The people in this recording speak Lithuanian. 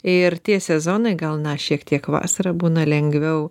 ir tie sezonai gal šiek tiek vasarą būna lengviau